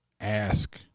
ask